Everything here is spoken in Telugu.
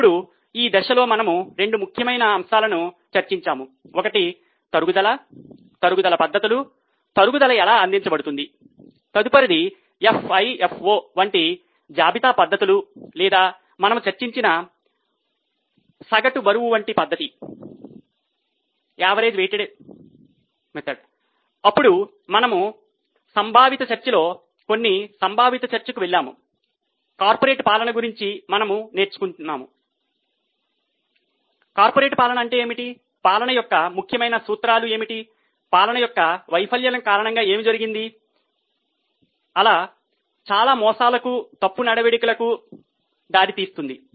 ఇప్పుడు ఈ దశలో మనము రెండు ముఖ్యమైన విషయాలను చర్చించాము ఒకటి తరుగుదల తరుగుదల పద్ధతులు తరుగుదల ఎలా అందించబడింది తదుపరిది FIFO వంటి జాబితా పద్ధతులు లేదా మనము చర్చించిన బరువు సగటు వంటి పద్ధతి అప్పుడు మనము సంభావిత చర్చలో కొన్ని సంభావిత చర్చకు వెళ్ళాము కార్పొరేట్ పాలన గురించి మనము నేర్చుకున్నాము కార్పొరేట్ పాలన అంటే ఏమిటి పాలన యొక్క ముఖ్యమైన సూత్రాలు ఏమిటి పాలన యొక్క వైఫల్యం కారణంగా ఏమి జరుగుతుంది అది చాలా మోసాలకులకు దారి తీస్తుంది